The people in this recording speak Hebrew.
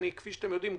כפי שאתם יודעים,